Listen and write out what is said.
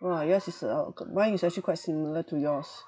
!wah! yours is a mine is actually quite similar to yours